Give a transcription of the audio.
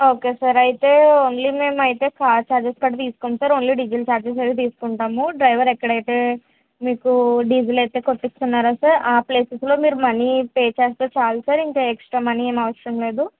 okay sir అయితే only మేమైతే car charges కూడా తీసుకొం సార్ ఓన్లీ డీజిల్ ఛార్జెస్ తీసుకుంటాము డ్రైవర్ ఎక్కడైతే మీకు డీజిల్ కొట్టిస్తున్నారో సార్ ఆ ప్లేసెస్లో మనీ పే చేస్తే చాలు సార్ ఇంక ఎక్స్ట్రా మనీ ఏం అవసరం లేదు